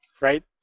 right